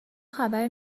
خبری